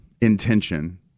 intention